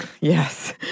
Yes